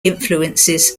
influences